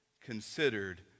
considered